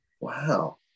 wow